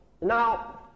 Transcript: Now